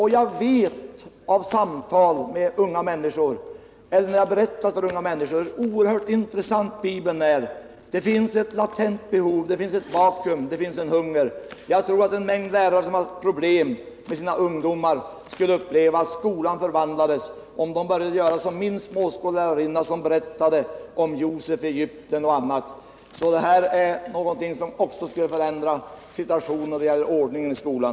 När jag har berättat för unga människor hur oerhört intressant Bibeln är har jag märkt att det finns ett latent behov, det finns ett vakuum, det finns en hunger. Jag tror att en mängd lärare som har problem med sina ungdomar skulle uppleva att skolan förvandlades om de bara ville göra som min småskollärarinna, som berättade om Josef i Egypten och annat. Det skulle förändra situationen när det gäller ordningen i skolan.